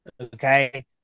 okay